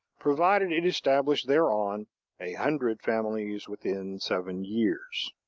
provided it established thereon a hundred families within seven years.